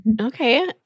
Okay